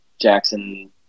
Jackson